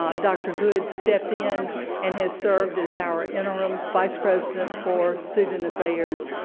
um dr. hood stepped in and has served as our interim vice president for student affairs,